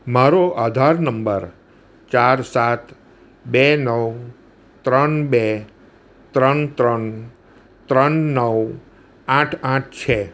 મારો આધાર નંબર ચાર સાત બે નવ ત્રણ બે ત્રણ ત્રણ ત્રણ નવ આઠ આઠ છે